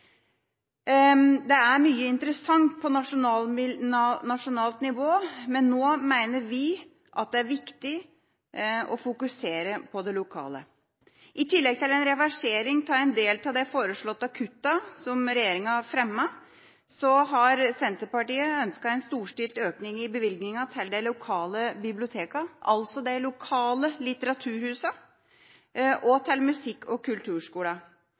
Det er mye interessant på nasjonalt nivå, men nå mener vi at det er viktig å fokusere på det lokale. I tillegg til en reversering av en del av de foreslåtte kuttene som regjeringa har fremmet, har Senterpartiet ønsket en storstilt økning i bevilgningen til de lokale bibliotekene, altså de lokale litteraturhusene, og til musikk- og